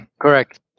Correct